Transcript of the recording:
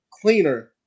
cleaner